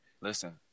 Listen